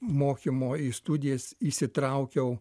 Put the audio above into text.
mokymo į studijas įsitraukiau